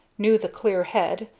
knew the clear head,